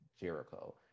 Jericho